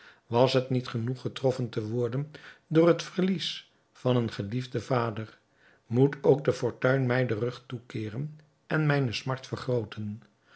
was het niet genoeg getroffen te worden door het verlies van een geliefden vader moet ook de fortuin mij den rug toekeeren en mijne smart vergrooten